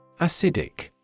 Acidic